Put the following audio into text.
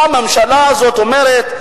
באה הממשלה הזאת ואומרת: